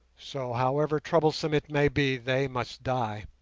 so, however troublesome it may be, they must die.